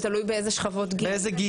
זה תלוי באיזה שכבות גיל.